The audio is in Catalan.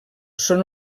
són